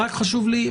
רק חשוב לי,